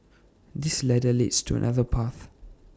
this ladder leads to another path